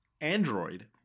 android